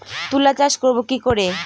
তুলা চাষ করব কি করে?